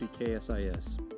KSIS